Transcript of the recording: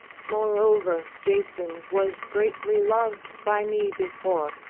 moreover jason was greatly loved by me before,